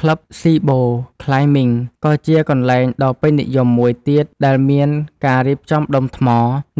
ក្លឹប ស៊ីបូ ក្លាយមីង ក៏ជាកន្លែងដ៏ពេញនិយមមួយទៀតដែលមានការរៀបចំដុំថ្ម